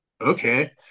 Okay